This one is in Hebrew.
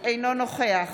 אינו נוכח